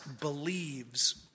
believes